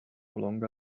longer